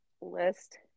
list